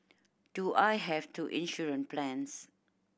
do I have two insurance plans